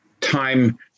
time